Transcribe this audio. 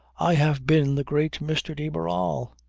i have been the great mr. de barral.